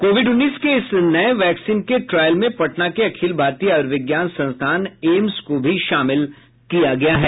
Covid उन्नीस के इस नये वैक्सीन के ट्रायल में पटना के अखिल भारतीय आयुर्विज्ञान संस्थान एम्स को भी शामिल किया गया है